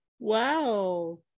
wow